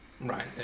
Right